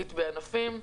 כירורגית בענפים.